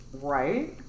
Right